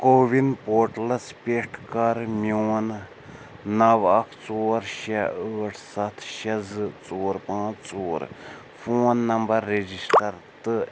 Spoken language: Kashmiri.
کَووِن پورٹلس پٮ۪ٹھ کَر میٛون نَو اَکھ ژور شےٚ ٲٹھ سَتھ شےٚ زٕ ژور پانٛژھ ژور فون نمبر رجسٹر تہٕ